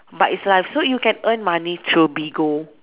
but it's live so you can earn money through Bigo